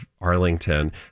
Arlington